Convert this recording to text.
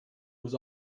was